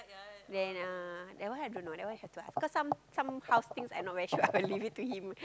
when ah that one I don't know that one I have to ask cause some some house things I not very sure I will leave it to him